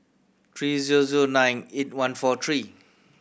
three zero zero nine eight one four three